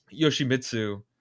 Yoshimitsu